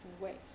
ways